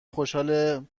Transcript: خوشحال